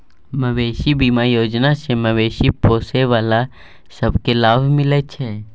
मबेशी बीमा योजना सँ मबेशी पोसय बला सब केँ लाभ मिलइ छै